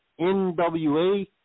NWA